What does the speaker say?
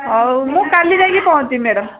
ହଉ ମୁଁ କାଲି ଯାଇକି ପହଞ୍ଚିବି ମ୍ୟାଡ଼ାମ୍